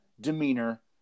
demeanor